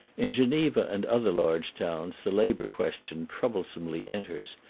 in geneva and other large towns the labor question troublesomely enters,